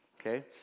okay